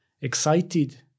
excited